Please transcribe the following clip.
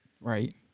right